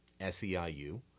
SEIU